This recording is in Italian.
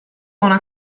una